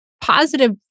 positive